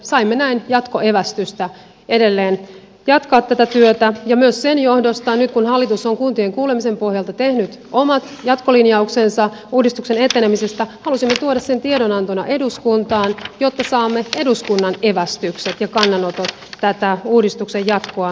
saimme näin jatkoevästystä edelleen jatkaa tätä työtä ja myös sen johdosta nyt kun hallitus on kuntien kuulemisen pohjalta tehnyt omat jatkolinjauksensa uudistuksen etenemisestä halusimme tuoda sen tiedonantona eduskuntaan jotta saamme eduskunnan evästykset ja kannanotot tätä uudistuksen jatkoa kohtaan